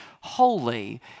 holy